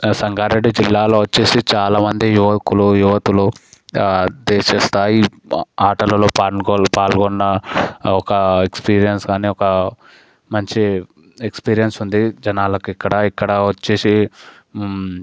సంగారెడ్డి జిల్లాలో వచ్చేసి చాలా మంది యువకులు యువతులు దేశస్థాయి ఆటలలో పాల్గొ పాల్గొన్న ఒక ఎక్స్పీరియన్స్ కానీ ఒక మంచి ఎక్స్పీరియన్స్ ఉంది జనాలకి ఇక్కడ ఇక్కడ వచ్చేసి